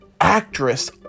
Actress